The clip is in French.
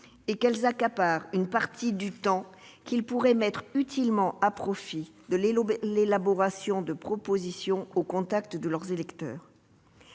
et qu'elles accaparent une partie du temps qu'ils pourraient mettre utilement à profit pour l'élaboration de propositions au contact de leurs électeurs.